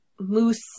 moose